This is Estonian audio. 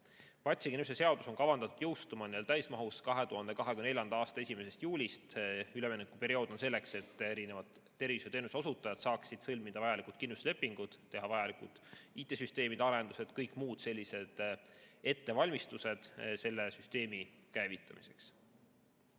Patsiendikindlustuse seadus on kavandatud jõustuma täismahus 2024. aasta 1. juulist. Üleminekuperiood on selleks, et erinevad tervishoiuteenuse osutajad saaksid sõlmida vajalikud kindlustuslepingud, teha vajalikud IT‑süsteemide arendused, kõik muud ettevalmistused selle süsteemi käivitamiseks.